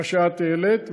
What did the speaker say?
מה שאת העלית,